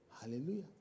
Hallelujah